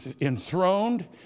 enthroned